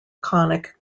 conic